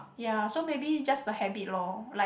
ya so maybe just the habit lor like